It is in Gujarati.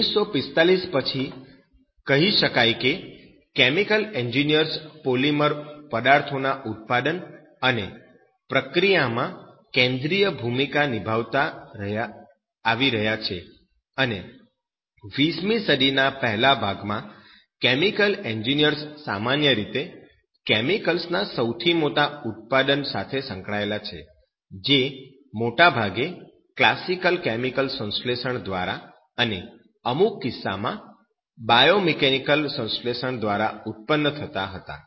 1945 પછી કહી શકાય કે કેમિકલ એન્જિનિયર્સ પોલિમર પદાર્થોના ઉત્પાદન અને પ્રક્રિયામાં કેન્દ્રિય ભૂમિકા નિભાવતા આવી રહ્યા છે અને 20 મી સદીના પહેલા ભાગમાં કેમિકલ એન્જિનિયર્સ સામાન્ય રીતે કેમિકલ્સના સૌથી મોટા ઉત્પાદન સાથે સંકળાયેલા છે જે મોટા ભાગે ક્લાસિકલ કેમિકલ સંશ્લેષણ દ્વારા અને અમુક કિસ્સામાં બાયોકેમિકલ સંશ્લેષણ દ્વારા ઉત્પન્ન થતાં હતા